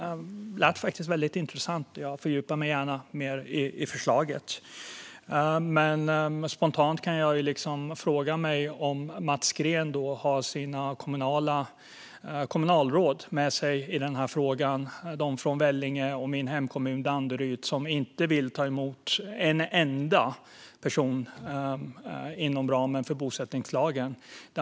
Det lät faktiskt intressant, och jag fördjupar mig gärna mer i förslaget. Men spontant frågar jag mig om Mats Green har sina kommunalråd med sig i frågan - från Vellinge och min hemkommun Danderyd - som inte vill ta emot en enda person inom ramen för bosättningslagen.